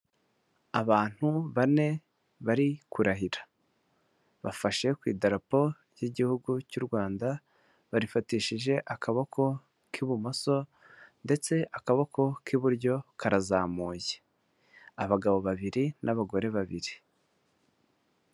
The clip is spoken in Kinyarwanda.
Abantu bane bari kurahira bafashe ku idarapo ry'igihugu cy'u Rwanda, barifatishije akaboko k'ibumoso ndetse akaboko k'iburyo karazamuye, abagabo babiri n'abagore babiri.